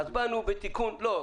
אז באנו בתיקון --- לא.